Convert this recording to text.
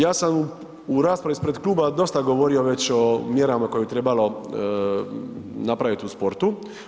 Ja sam u raspravi ispred kluba dosta govorio već o mjerama koje bi trebalo napraviti u sportu.